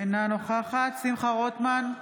אינה נוכחת שמחה רוטמן,